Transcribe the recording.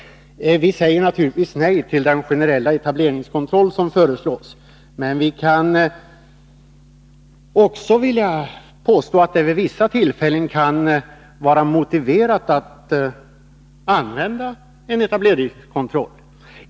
Vi säger naturligtvis nej till den generella etableringskontroll som föreslås, men vi vill också påstå att det vid vissa tillfällen kan vara motiverat att använda en etableringskontroll.